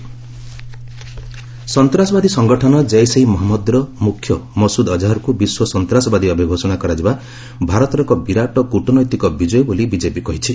BJP India ସନ୍ତାସବାଦୀ ସଂଗଠନ ଜେସ୍ ଇ ମହମ୍ମଦର ମୁଖ୍ୟ ମସୁଦ୍ ଅଜହରକୁ ବିଶ୍ୱ ସନ୍ତ୍ରାସବାଦୀ ଭାବେ ଘୋଷଣା କରାଯିବା ଭାରତର ଏକ ବିରାଟ କ୍ରଟନୈତିକ ବିଜୟ ବୋଲି ବିଜେପି କହିଛି